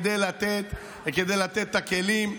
כדי לתת וכדי לתת את הכלים.